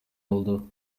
oldu